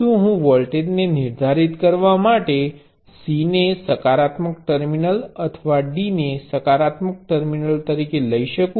શું હું વોલ્ટેજને નિર્ધારિત કરવા માટે C ને સકારાત્મક ટર્મિનલ અથવા D ને સકારાત્મક ટર્મિનલ લઇ શકું